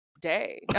day